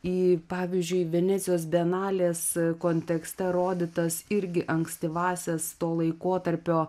į pavyzdžiui venecijos bienalės kontekste rodytas irgi ankstyvąsias to laikotarpio